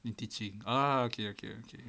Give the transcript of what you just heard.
in teaching ah okay okay okay